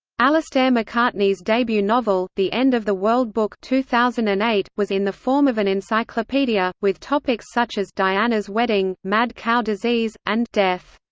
alistair mccartney's debut novel, the end of the world book two thousand and eight, was in the form of an encyclopedia, with topics such as diana's wedding, mad cow disease, and death.